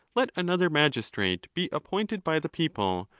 let another magistrate be appointed by the people,